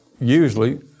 usually